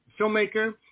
filmmaker